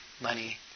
money